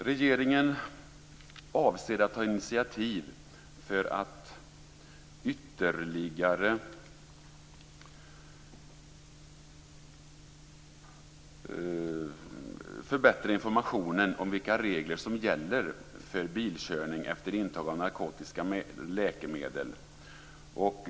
Regeringen avser att ta initiativ för att ytterligare förbättra informationen om vilka regler som gäller för bilkörning efter intag av narkotiska läkemedel.